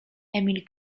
emil